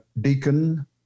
deacon